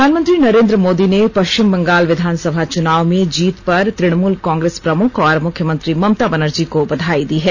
प्रधानमंत्री नरेन्द्र मोदी ने पश्चिम बंगाल विधानसभा चनाव में जीत पर तणमुल कांग्रेस प्रमुख और मुख्यमंत्री ममता बनर्जी को बधाई दी है